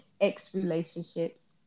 ex-relationships